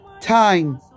time